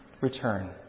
return